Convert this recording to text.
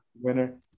Winner